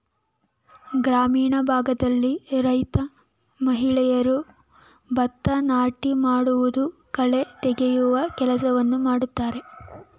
ಗ್ರಾಮೀಣ ಭಾಗದಲ್ಲಿ ರೈತ ಮಹಿಳೆಯರು ಭತ್ತ ನಾಟಿ ಮಾಡುವುದು, ಕಳೆ ತೆಗೆಯುವ ಕೆಲಸವನ್ನು ಮಾಡ್ತರೆ